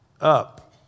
up